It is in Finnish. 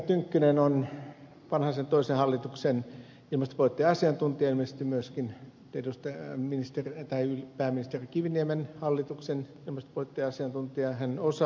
tynkkynen on vanhasen toisen hallituksen ilmastopoliittinen asiantuntija ja ilmeisesti myöskin pääministeri kiviniemen hallituksen ilmastopoliittinen asiantuntija hän osaa ja tietää